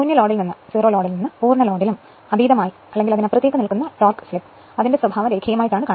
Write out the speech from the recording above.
ശൂന്യ ലോഡിൽ നിന്ന് പൂർണ്ണ ലോഡിലും അതീതമായി നിൽക്കുന്ന ടോർക്ക് സ്ലിപ്പ് ന്റെ സ്വഭാവം രേഖീയമാണ്